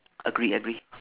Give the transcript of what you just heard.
agree agree